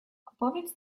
opowiedz